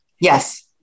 Yes